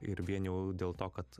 ir vien jau dėl to kad